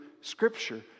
Scripture